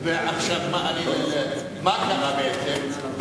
מה קרה בעצם?